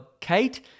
Kate